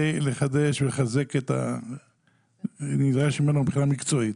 לחדש ולחזק את הנדרש ממנו מבחינה מקצועית.